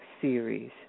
series